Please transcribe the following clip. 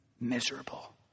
miserable